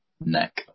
neck